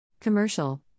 Commercial